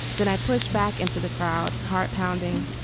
then i pushed back into the crowd. heart pounding.